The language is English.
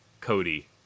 Cody